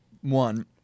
one